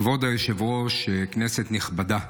כבוד היושב-ראש, כנסת נכבדה,